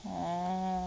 orh